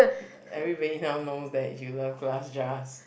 everybody kind of knows that you love glass jars